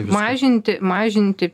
mažinti mažinti